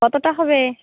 কতটা হবে